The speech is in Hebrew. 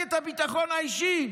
מפלגת הביטחון האישי?